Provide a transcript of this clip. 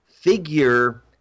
figure